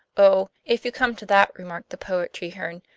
oh, if you come to that, remarked the poet treherne,